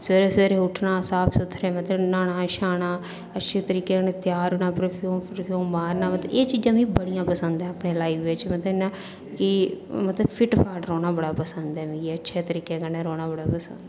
सवेरे सवेरे उट्ठना साफ सुथरे मतलब न्हाना श्हाना अच्छे तरीके कन्नै त्यार होना प्रफ्यूम प्रमूयम मारना मतलब एह् चींजां मिगी बडियां पसंद ऐ अपनी लाइफ च मतलब कि में कि मतलब फिट फाट रौह्ना बड़ा पसंद ऐ मिगी अच्छे तरीके कन्नै रौह्ना बड़ा पसंद ऐ